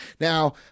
now